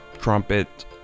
trumpet